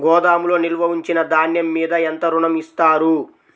గోదాములో నిల్వ ఉంచిన ధాన్యము మీద ఎంత ఋణం ఇస్తారు?